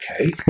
Okay